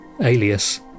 alias